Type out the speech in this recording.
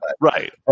right